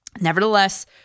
Nevertheless